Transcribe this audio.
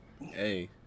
hey